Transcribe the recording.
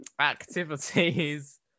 Activities